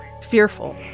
Fearful